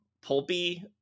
pulpy